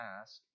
ask